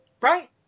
Right